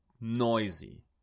noisy